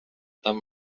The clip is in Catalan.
tant